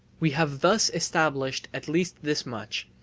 we have thus established at least this much,